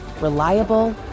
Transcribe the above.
reliable